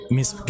Miss